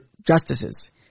justices